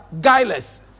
guileless